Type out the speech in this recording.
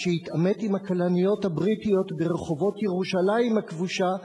כשהתעמת עם ה"כלניות" הבריטיות ברחובות ירושלים הכבושה,